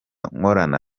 nkorana